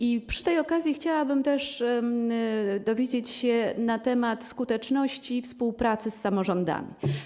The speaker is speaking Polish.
I przy tej okazji chciałabym też dowiedzieć się na temat skuteczności współpracy z samorządami.